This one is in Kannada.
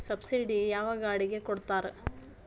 ಸಬ್ಸಿಡಿ ಯಾವ ಗಾಡಿಗೆ ಕೊಡ್ತಾರ?